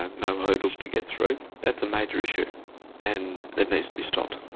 and no hurdles to get through, that's a major issue and it needs to be stopped.